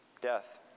death